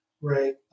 right